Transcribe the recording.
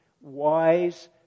wise